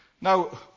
Now